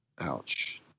Ouch